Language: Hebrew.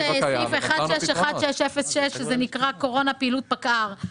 יש סעיף 161606 שזה נקרא קורונה פעילות פקע"ר.